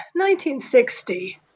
1960